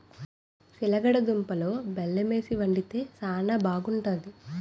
సిలగడ దుంపలలో బెల్లమేసి వండితే శానా బాగుంటాది